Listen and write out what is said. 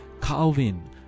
Calvin